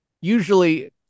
usually